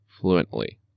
fluently